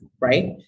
Right